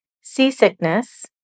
Seasickness